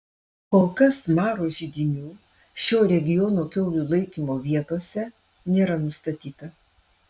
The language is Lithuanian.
kol kas maro židinių šio regiono kiaulių laikymo vietose nėra nustatyta